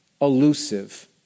elusive